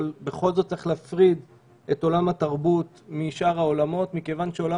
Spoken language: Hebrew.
אבל בכל זאת צריך להפריד את עולם התרבות משאר העולמות מכיוון שעולם